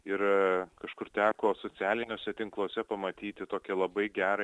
ir kažkur teko socialiniuose tinkluose pamatyti tokią labai gerą